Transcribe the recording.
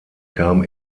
kam